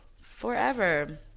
forever